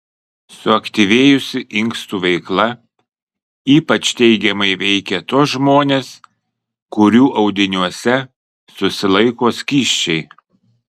suaktyvėjusi inkstų veikla ypač teigiamai veikia tuos žmones kurių audiniuose susilaiko skysčiai